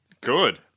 Good